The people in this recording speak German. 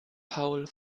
paul